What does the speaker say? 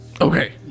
Okay